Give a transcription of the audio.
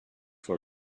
for